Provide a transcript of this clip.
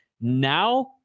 Now